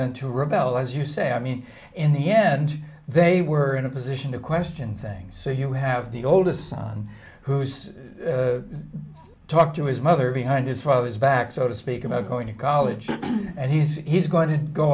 and to rebel as you say i mean in the end they were in a position to question things so you have the oldest son who has to talk to his mother behind his father's back so to speak about going to college and he says he's going to go